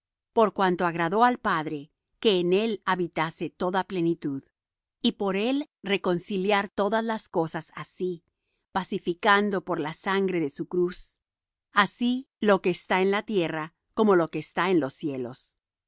por cuanto agradó al padre que en él habitase toda plenitud y por él reconciliar todas las cosas á sí pacificando por la sangre de su cruz así lo que está en la tierra como lo que está en los cielos